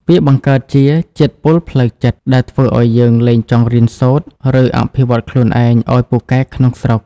វាបង្កើតជា "ជាតិពុលផ្លូវចិត្ត" ដែលធ្វើឱ្យយើងលែងចង់រៀនសូត្រ ឬអភិវឌ្ឍខ្លួនឯងឱ្យពូកែក្នុងស្រុក។